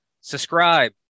Subscribe